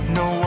no